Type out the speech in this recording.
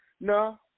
No